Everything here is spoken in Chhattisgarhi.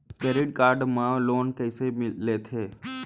क्रेडिट कारड मा लोन कइसे लेथे?